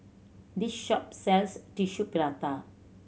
this shop sells Tissue Prata